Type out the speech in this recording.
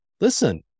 Listen